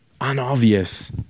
unobvious